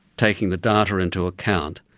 taking the data into account,